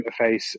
interface